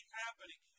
happening